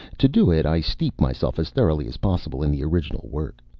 to do it, i steep myself as thoroughly as possible in the original work.